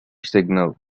signal